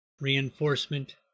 reinforcement